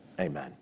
Amen